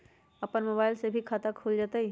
अपन मोबाइल से भी खाता खोल जताईं?